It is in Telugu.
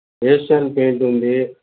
ఏషియన్ పెయింటు ఉంది